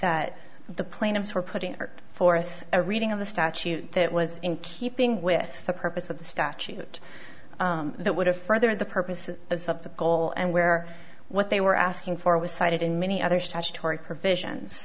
that the plaintiffs were putting forth a reading of the statute that was in keeping with the purpose of the statute that would have further the purposes as of the goal and where what they were asking for was cited in many other statutory provisions